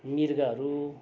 मृगहरू